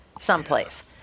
someplace